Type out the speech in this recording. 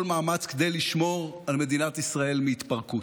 מאמץ כדי לשמור על מדינת ישראל מהתפרקות.